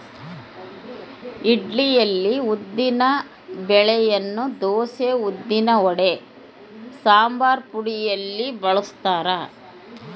ಇಡ್ಲಿಯಲ್ಲಿ ಉದ್ದಿನ ಬೆಳೆಯನ್ನು ದೋಸೆ, ಉದ್ದಿನವಡ, ಸಂಬಾರಪುಡಿಯಲ್ಲಿ ಬಳಸ್ತಾರ